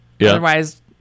Otherwise